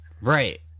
Right